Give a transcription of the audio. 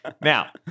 Now